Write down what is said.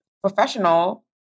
professional